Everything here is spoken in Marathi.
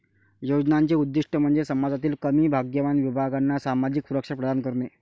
योजनांचे उद्दीष्ट म्हणजे समाजातील कमी भाग्यवान विभागांना सामाजिक सुरक्षा प्रदान करणे